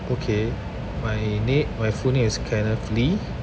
okay my nam~ my full name is kenneth lee